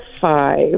five